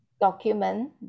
document